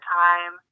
time